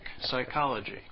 psychology